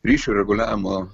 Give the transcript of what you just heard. ryšio reguliavimo